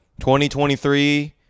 2023